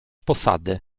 posady